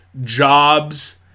jobs